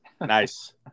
Nice